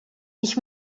ich